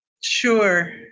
Sure